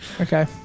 Okay